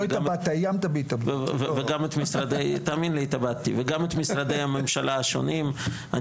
וגם את משרדי הממשלה השונים.